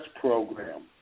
program